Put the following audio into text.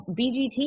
BGT